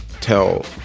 tell